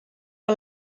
que